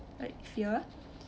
like fear